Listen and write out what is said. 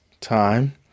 time